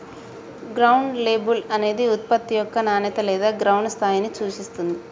ground label అనేది ఉత్పత్తి యొక్క నాణేత లేదా గ్రౌండ్ స్థాయిని సూచిత్తుంది